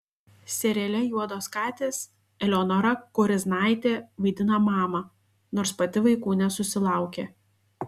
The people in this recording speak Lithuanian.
seriale juodos katės eleonora koriznaitė vaidina mamą nors pati vaikų nesusilaukė